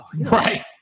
right